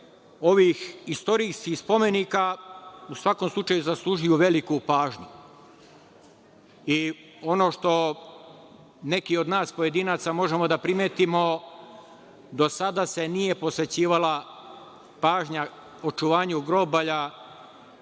ovih istorijskih spomenika, u svakom slučaju zaslužuju veliku pažnju. Ono što neki od nas pojedinaca možemo da primetimo, do sada se nije posvećivala pažnja očuvanju grobalja